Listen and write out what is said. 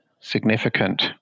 significant